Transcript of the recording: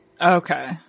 Okay